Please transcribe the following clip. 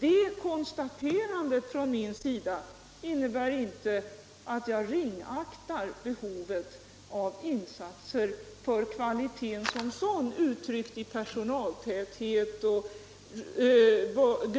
Det konstaterandet från min sida innebär inte att jag ringaktar behovet av insatser för kvaliteten som sådan, uttryckt i personaltäthet,